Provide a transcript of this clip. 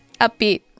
upbeat